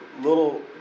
Little